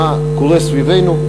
מה קורה סביבנו.